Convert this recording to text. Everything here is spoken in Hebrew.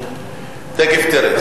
תיכף תראה.